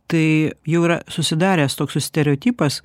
tai jau yra susidaręs toks su stereotipas